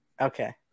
okay